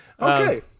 Okay